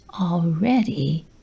already